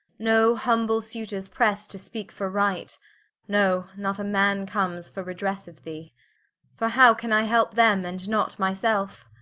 no humble suters prease to speake for right no, not a man comes for redresse of thee for how can i helpe them, and not my selfe?